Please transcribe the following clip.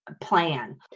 plan